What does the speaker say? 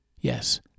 Yes